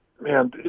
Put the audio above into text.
man